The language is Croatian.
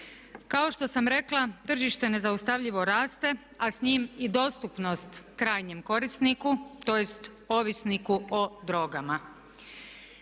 Kao što sam rekla tržište nezaustavljivo raste a s njim i dostupnost krajnjem korisniku tj. ovisniku o drogama.